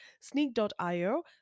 sneak.io